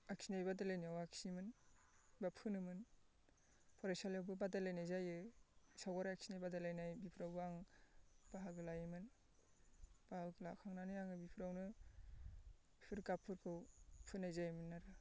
आखिनाय बादायलायनायाव आखियोमोन बा फुनोमोन फरायसालियावबो बादायलायनाय जायो सावगारि आखिनाय बादायलायनाय बिफोरावबो आं बाहागो लायोमोन बाहागो लाखांनानै आङो इफोरावनो इफोर गाबफोरखौ फुननाय जायोमोन आरो